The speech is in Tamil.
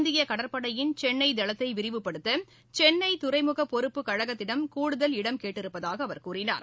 இந்திய கடற்படையின் சென்னை தளத்தை விரிவுப்படுத்த சென்னை துறைமுக பொறுப்பு கழகத்திடம் கூடுதல் இடம் கேட்டிருப்பதாக அவர் கூறினார்